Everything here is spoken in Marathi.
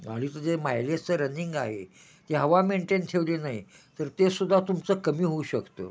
गाडीचं जे मायलेजचं रनिंग आहे ती हवा मेंटेन ठेवली नाही तर ते सुद्धा तुमचं कमी होऊ शकतं